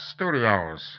Studios